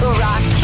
rock